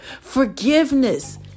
Forgiveness